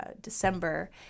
December